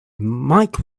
mike